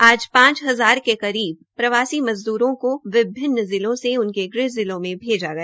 आज पांच हजार के करीब प्रवासी मज़दूरों को विभिन्न जिलों से उनके ग़ह जिलों में भेजा गया